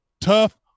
tough –